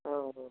অঁ অঁ